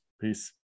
Peace